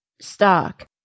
stock